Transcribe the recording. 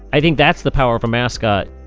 i think that's the power of a mascot.